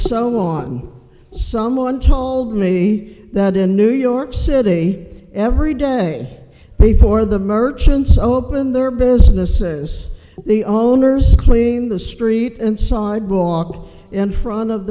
so on someone told me that in new york city every day before the merchants opened their businesses the owners cleaned the street and sidewalk in front of